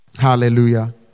Hallelujah